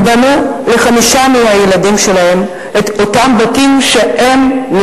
הם בנו לחמישה מהילדים שלהם את אותם בתים שנשרפו.